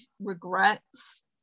regrets